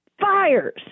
fires